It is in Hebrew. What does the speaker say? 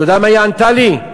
אתה יודע מה היא ענתה לי?